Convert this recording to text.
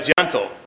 gentle